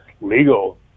legal